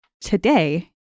Today